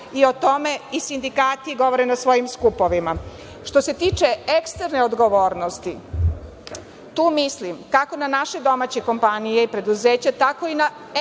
i o tome sindikati govore na svojim skupovima. Što se tiče eksterne odgovornosti, tu mislim kako na naše domaće kompanije i preduzeća, tako i na strane